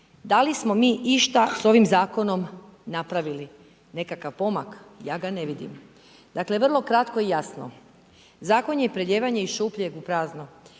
Da li smo mi išta s ovim zakonom napravili? Nekakav pomak? Ja ga ne vidim. Dakle vrlo kratko i jasno, zakon je prelijevanje iz šupljeg u prazno.